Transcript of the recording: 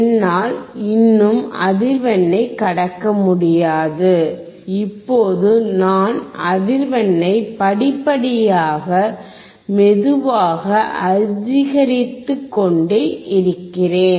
என்னால் இன்னும் அதிர்வெண்ணை கடக்க முடியாது இப்போது நான் அதிர்வெண்ணை படிப்படியாக மெதுவாக அதிகரித்துக்கொண்டே இருக்கிறேன்